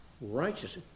righteous